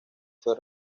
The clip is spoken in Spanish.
fue